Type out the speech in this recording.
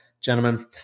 gentlemen